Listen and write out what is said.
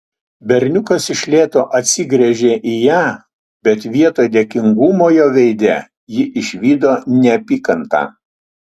berniukas iš lėto atsigręžė į ją bet vietoj dėkingumo jo veide ji išvydo neapykantą